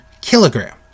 kilogram